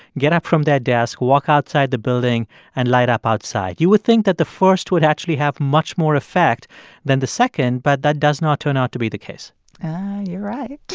get up from their desk, walk outside the building and light up outside? you would think that the first would actually have much more effect than the second, but that does not turn out to be the case you're right.